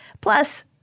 Plus